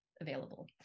available